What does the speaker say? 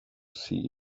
see